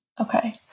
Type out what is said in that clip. Okay